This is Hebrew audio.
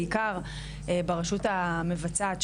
בעיקר ברשות המבצעת,